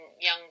young